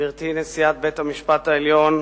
גברתי נשיאת בית-המשפט העליון,